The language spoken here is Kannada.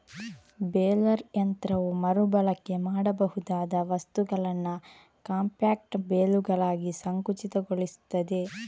ಬೇಲರ್ ಯಂತ್ರವು ಮರು ಬಳಕೆ ಮಾಡಬಹುದಾದ ವಸ್ತುಗಳನ್ನ ಕಾಂಪ್ಯಾಕ್ಟ್ ಬೇಲುಗಳಾಗಿ ಸಂಕುಚಿತಗೊಳಿಸ್ತದೆ